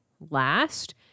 last